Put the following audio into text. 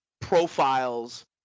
profiles